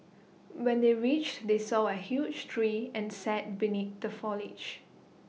when they reached they saw A huge tree and sat beneath the foliage